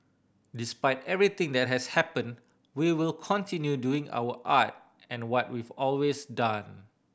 despite everything that has happened we will continue doing our art and what we've always done